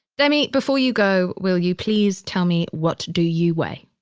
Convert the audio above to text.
demi, before you go, will you please tell me, what do you weigh?